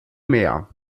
mehr